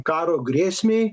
karo grėsmei